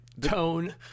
tone